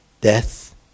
Death